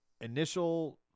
Initial